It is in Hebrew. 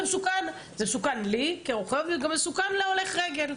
זה מסוכן לי כרוכבת וזה מסוכן גם להולך הרגל.